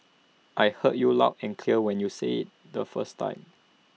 I heard you loud and clear when you said IT the first time